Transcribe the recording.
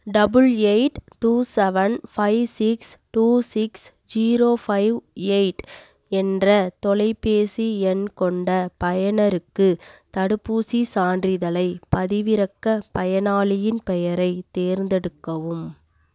double eight two seven five six two six zero five eight என்ற தொலைபேசி எண் கொண்ட பயனருக்குத் தடுப்பூசி சான்றிதழைப் பதிவிறக்க பயனாளியின் பெயரைத் தேர்ந்தெடுக்கவும்